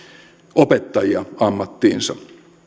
opettajia ammattiinsa